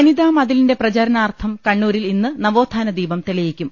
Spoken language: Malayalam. വനിതാമതിലിന്റെ പ്രചരാണാർത്ഥം കണ്ണൂരിൽ ഇന്ന് നവോ ത്ഥാന ദീപം തെളിയിക്കും